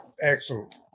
excellent